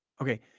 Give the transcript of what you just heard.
Okay